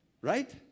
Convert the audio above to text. Right